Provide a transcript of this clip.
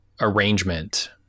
arrangement